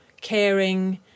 caring